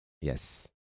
yes